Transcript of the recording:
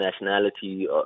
nationality